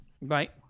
Right